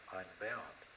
unbound